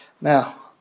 Now